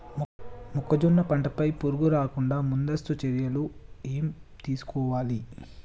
మొక్కజొన్న పంట పై పురుగు రాకుండా ముందస్తు చర్యలు ఏం తీసుకోవాలి?